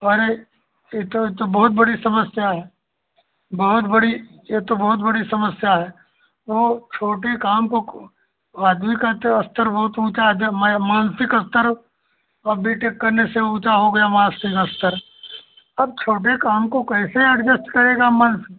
अरे ई तो ई तो बहुत बड़ी समस्या है बहुत बड़ी यह तो बहुत बड़ी समस्या है वह छोटी काम को को वह आदमी का तो स्तर बहुत ऊँचा मैं मानसिक स्तर अब बी टेक करने से ऊँचा हो गया मानसिक स्तर अब छोड़े काम को कैसे अजस्ट करेगा मंस